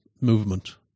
movement